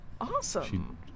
awesome